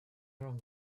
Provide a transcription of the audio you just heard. among